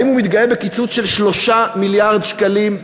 האם הוא מתגאה בקיצוץ של 3 מיליארד שקלים?